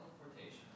Teleportation